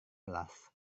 belas